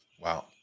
Wow